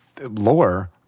lore